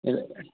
இல்லை